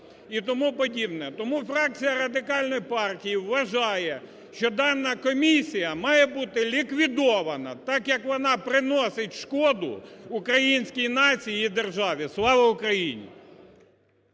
Тому фракція Радикальної партії вважає, що дана комісія має бути ліквідована, так як вона приносить шкоду українській нації і державі. Слава Україні!